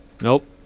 Nope